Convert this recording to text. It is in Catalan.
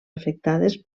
afectades